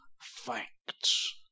facts